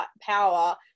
power